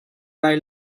lai